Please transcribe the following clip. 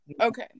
okay